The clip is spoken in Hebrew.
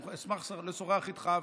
אשמח לשוחח איתך,